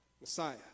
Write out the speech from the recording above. Messiah